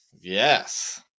yes